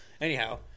Anyhow